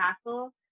castle